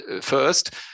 first